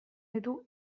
ditu